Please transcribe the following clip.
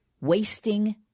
wasting